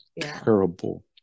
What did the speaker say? terrible